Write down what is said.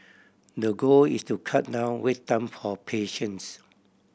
the goal is to cut down wait time for patients